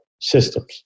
systems